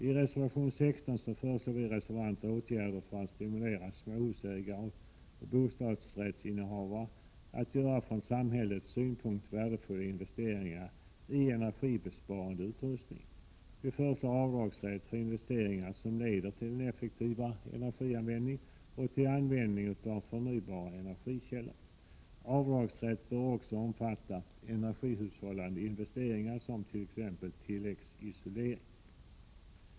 I reservation 16 föreslår vi reservanter åtgärder för att stimulera småhusägare och bostadsrättsinnehavare att göra från samhällets synpunkt värdeful la investeringar i energibesparande utrustning. Vi föreslår avdragsrätt för investeringar som leder till effektivare energianvändning och till användning av förnybara energikällor. Avdragsrätt bör också omfatta energihushållande investeringar som bl.a. tilläggsisolering.